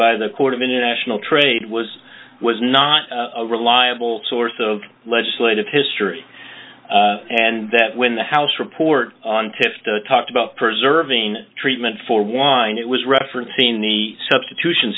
by the court of international trade was was not a reliable source of legislative history and that when the house report on tift talked about preserving treatment for wind it was referencing the substitution